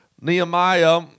Nehemiah